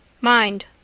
Mind